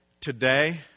today